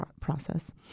process